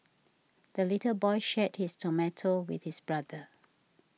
the little boy shared his tomato with his brother